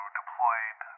deployed